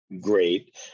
great